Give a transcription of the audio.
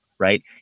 right